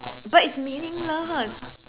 but it's meaningless